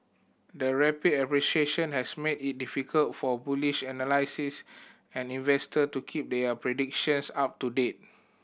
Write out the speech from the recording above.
the rapid appreciation has made it difficult for bullish analysts and investor to keep their predictions up to date